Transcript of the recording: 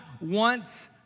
wants